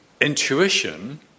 intuition